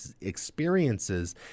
experiences